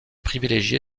privilégié